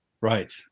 right